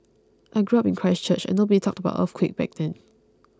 I grew up in Christchurch and nobody talked about earthquake back then